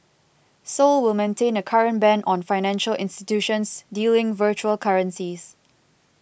seoul will maintain a current ban on all financial institutions dealing virtual currencies